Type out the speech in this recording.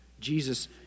Jesus